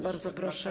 Bardzo proszę.